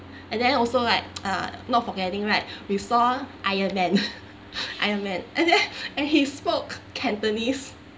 and then also like uh not forgetting right we saw iron man iron man and then and he spoke cantonese